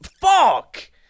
Fuck